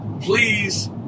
please